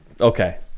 Okay